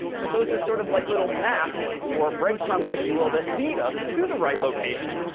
but those are sort of like little maps, or breadcrumbs if you will, that lead us to the right location.